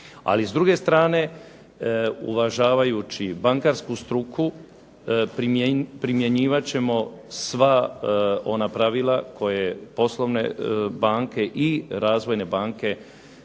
Ali s druge strane, uvažavajući bankarsku struku primjenjivat ćemo sva ona pravila koja poslovne banke i razvojne banke